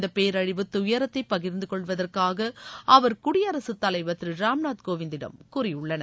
இந்த பேரழிவு துயரத்தை பகிர்ந்துகொள்வதாக அவர்குடியரசுத்தலைவர் திரு ராம்நாத் கோவிந்திடம் கூறியுள்ளனர்